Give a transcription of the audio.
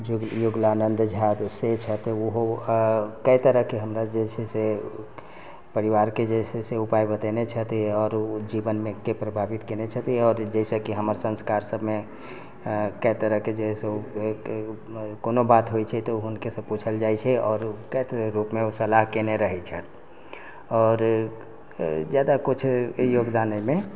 जुग युगलानन्द झा से छथि ओहो कए तरहके हमर जे छै से परिवारके जे छै से उपाय बतेने छथि आओर जीवनके प्रभावित कयने छथि आओर जैसे कि हमर संस्कारसबमे कए तरहके जे हइ कोनो बात होइ छै तऽ हुनकेसँ पूछल जाइ छै आओर ओ कए तरह रूपमे ओ सलाह केने रहै छथि आओर ज्यादा कुछ य योगदान एहिमे